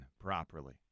properly